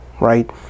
right